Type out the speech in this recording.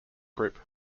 group